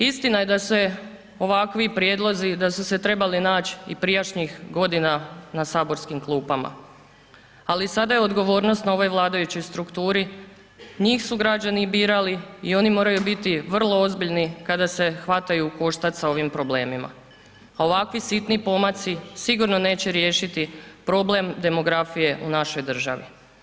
Istina je da se ovakvi prijedlozi da su se trebali nać i prijašnjih godina na saborskim klupama, ali sada je odgovornost na ovoj vladajućoj strukturi njih su građani birali i oni moraju biti vrlo ozbiljni kada se hvataju u koštac s ovim problemima, a ovakvi sitni pomaci sigurno neće riješiti problem demografije u našoj državi.